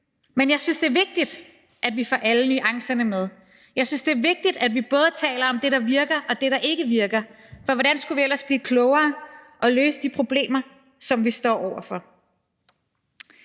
men jeg synes, det er vigtigt, at vi får alle nuancerne med. Jeg synes, det er vigtigt, at vi både taler om det, der virker, og det, der ikke virker, for hvordan skulle vi ellers blive klogere og få løst de problemer, som vi står over for?